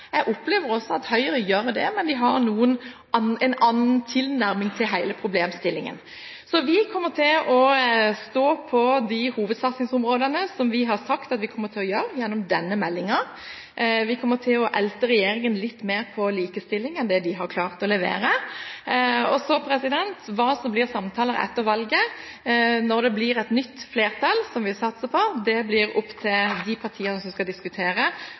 Jeg opplever at Høyre også gjør det, men de har en annen tilnærming til hele problemstillingen. Vi kommer til å stå på hovedsatsingsområdene, som vi har sagt at vi kommer til å gjøre, i denne meldingen. Vi kommer til å elte regjeringen litt mer på likestilling enn det de har klart å levere. Hva som blir samtalene etter valget, når det blir et nytt flertall – det satser vi på – blir opp til de partiene som skal diskutere.